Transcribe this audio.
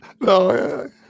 no